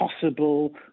possible